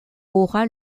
aura